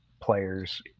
players